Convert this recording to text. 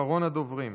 אחרון הדוברים.